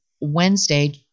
Wednesday